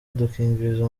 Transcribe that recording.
udukingirizo